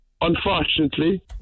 Unfortunately